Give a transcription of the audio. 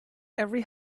every